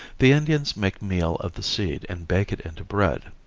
the indians make meal of the seed and bake it into bread.